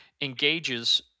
engages